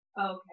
Okay